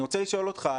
אני רוצה לשאול אותך,